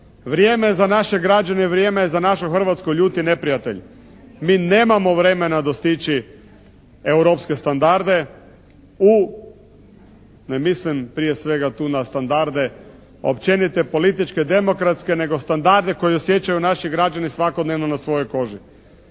Vrijeme za naše građane je vrijeme za našu Hrvatsku ljuti neprijatelj. Mi nemamo vremena dostići europske standarde u ne mislim prije svega na standarde općenite, političke, demokratske nego standarde koji osjećaju naši građani svakodnevno na svojoj koži.